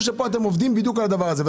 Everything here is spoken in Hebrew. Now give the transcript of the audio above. שכאן אתם עובדים בדיוק על הדבר הזה.